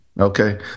okay